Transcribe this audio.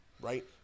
right